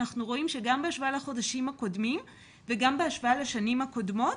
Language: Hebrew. אנחנו רואים שגם בהשוואה לחודשים הקודמים וגם בהשוואה לשנים הקודמות